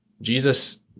Jesus